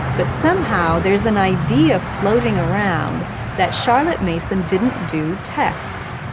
but somehow there's an idea floating around that charlotte mason didn't do tests.